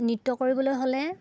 নৃত্য কৰিবলৈ হ'লে